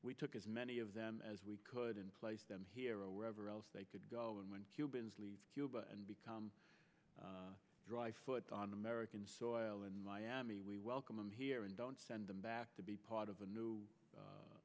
we took as many of them as we could and place them here a wherever else they could go and when cubans leave cuba and become dry foot on american soil in miami we welcome them here and don't send them back to be part of a new